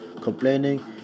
complaining